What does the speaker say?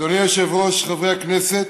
אדוני היושב-ראש, חברי הכנסת,